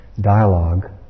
dialogue